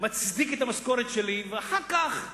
מצדיק את המשכורת שלי, ואחר כך,